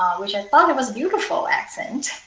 which i thought and was beautiful accent,